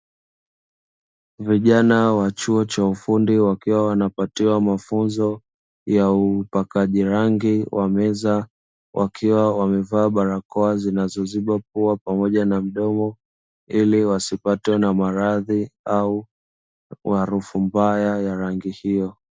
Vijana wa chuo cha ufundi wakiwa wanapatiwa mafunzo ya upakaji rangi wa meza, wakiwa wamevaa barakoa zinazoziba pua pamoja na mdomo, ili wasipatwe na maradhi au harufu mbaya ya rangi hiyo.